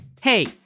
Hey